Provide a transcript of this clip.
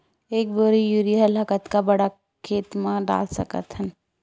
एक बोरी यूरिया ल कतका बड़ा खेत म डाल सकत हन?